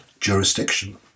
jurisdiction